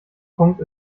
punkt